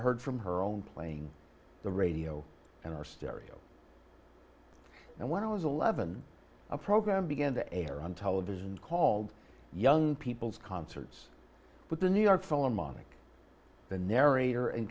heard from her own playing the radio and our stereo and when i was eleven a program began to air on television called young people's concerts with the new york philharmonic the narrator